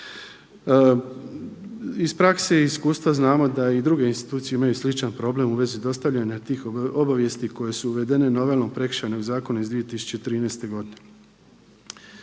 Iz prakse i iz iskustva znamo da i druge institucije imaju sličan problem u vezi dostavljanja tih obavijesti koje su uvedene novelom Prekršajnog zakona iz 2013. godine.